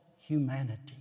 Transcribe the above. humanity